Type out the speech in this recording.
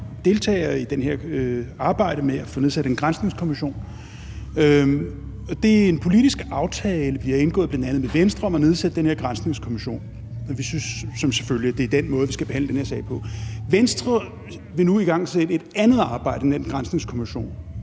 i det her arbejde med at få nedsat en granskningskommission. Det er en politisk aftale, vi har indgået, bl.a. med Venstre, om at nedsætte den her granskningskommission, og vi synes selvfølgelig, at det er den måde, vi skal behandle den her sag på. Venstre vil nu igangsætte et andet arbejde end den granskningskommission